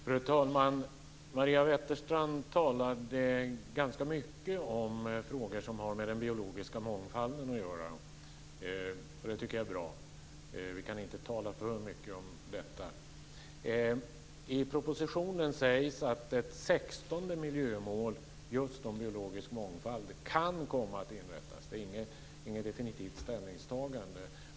Fru talman! Maria Wetterstrand talade ganska mycket om frågor som har med den biologiska mångfalden att göra, och det tycker jag är bra. Man kan inte tala för mycket om detta. I propositionen uppges att ett 16:e miljökvalitetsmål, om biologisk mångfald, kan komma att inrättas. Det har inte gjorts något definitivt ställningstagande.